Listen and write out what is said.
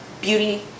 beauty